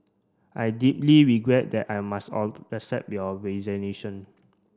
I deeply regret that I must all accept your resignation